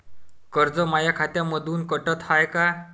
कर्ज माया खात्यामंधून कटलं हाय का?